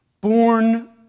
born